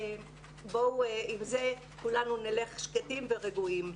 בואו עם זה, כולנו נלך שקטים ורגועים.